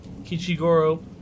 Kichigoro